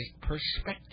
perspective